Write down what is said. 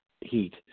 heat